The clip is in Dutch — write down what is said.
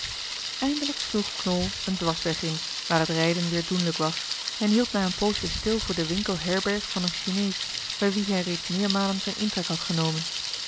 eindelijk sloeg knol een dwarsweg in waar het rijden weer doenlijk was en hield na een poosje stil voor den winkel herberg van een chinees bij wien hij reeds meermalen zijn intrek had genomen